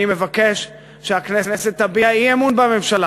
אני מבקש שהכנסת תביע אי-אמון בממשלה